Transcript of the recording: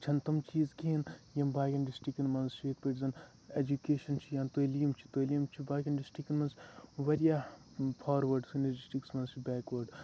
چھَنہٕ تِم چیٖز کِہیٖنۍ یِم باقٕیَن ڈِسٹِرٛکَن منٛز چھِ یِتھ پٲٹھۍ زَن اٮ۪جوکیشَن چھِ یا تٲلیٖم چھِ تٲلیٖم چھِ باقٕیَن ڈِسٹِرٛکَن منٛز واریاہ فاروٲڈ سٲنِس ڈِسٹِرٛکَس منٛز چھِ بیکوٲڈ